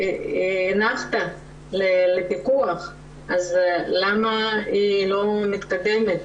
הנחת בנושא הפיקוח והשאלה היא למה היא לא מתקדמת,